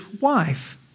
wife